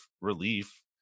relief